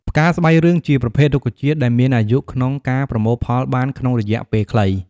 ផ្កាស្បៃរឿងជាប្រភេទរុក្ខជាតិដែលមានអាយុក្នុងការប្រមូលផលបានក្នុងរយៈពេលខ្លី។